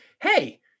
hey